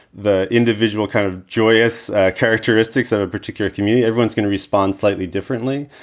the individual kind of joyous characteristics of a particular community. everyone's gonna respond slightly differently.